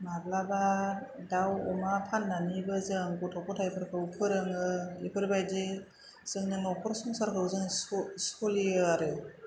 माब्लाबा दाउ अमा फाननानैबो जों गथ' ग'थायफोरखौ फोरोङो बेफोरबायदिजोंनो नखर संसारखौ जों स' सोलियो आरो